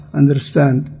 understand